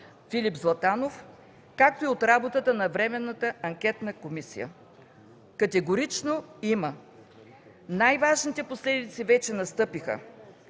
Филип Златанов, както и от работата на Временната анкетна комисия? Категорично има. Най-важните последици вече настъпиха